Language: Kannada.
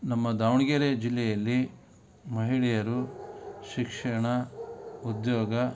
ನಮ್ಮ ದಾವಣಗೆರೆ ಜಿಲ್ಲೆಯಲ್ಲಿ ಮಹಿಳೆಯರು ಶಿಕ್ಷಣ ಉದ್ಯೋಗ